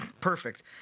Perfect